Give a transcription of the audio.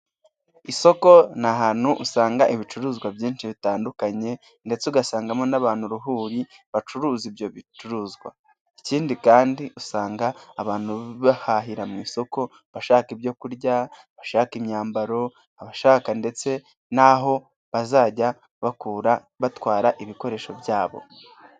Isoko ni ahantu usanga ibicuruzwa byinshi bitandukanye ndetse ugasangamo n'abantu uruhuri bacuruza ibyo bicuruzwa ikindi kandi usanga abantu bahahira mu isoko abashaka ibyo kurya, abashaka imyambaro, abashaka ndetse naho bazajya bakura batwara ibikoresho byabo.